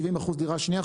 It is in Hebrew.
70% דירה שנייה,